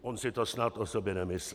On si to snad o sobě nemyslí.